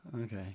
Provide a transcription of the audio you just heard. okay